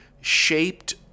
shaped